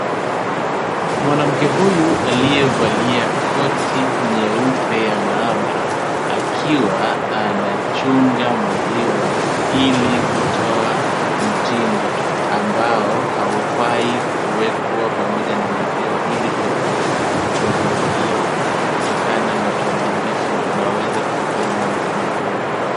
Mwanamke huyu aliyevalia koti nyeupe ya maabara, akiwa anachunga maziwa ili kutoa mtindi ambao haufai kuwekwa pamoja na maziwa ili kuepuka maziwa hiyo kutokana na uharibifu unaoweza kutokana na mtindi huo.